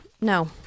No